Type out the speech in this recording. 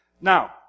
Now